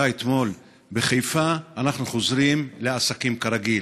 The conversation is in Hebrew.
אתמול בחיפה אנחנו חוזרים לעסקים כרגיל?